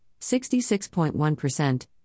66.1%